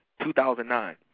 2009